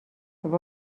have